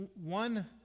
one